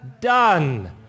done